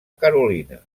carolina